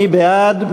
מי בעד?